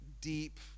deep